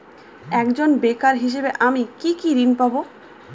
একজন বেকার হিসেবে আমি কি কি ঋণ পাব?